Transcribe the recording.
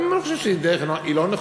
גם אם אני חושב שהדרך היא לא נכונה,